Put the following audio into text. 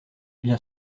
bien